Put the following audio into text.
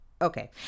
Okay